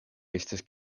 estis